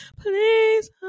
Please